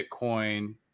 bitcoin